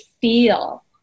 feel